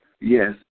Yes